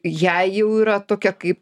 jai jau yra tokia kaip